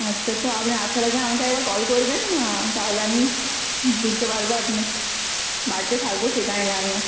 আচ্ছা তো আপনি আসার আমাকে একবার কল করবেন তাহলে আমি বুঝতে পারব আপনি বাড়িতে থাকব সে টাইমে আমি